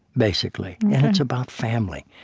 basically. and it's about family.